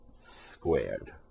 squared